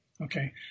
Okay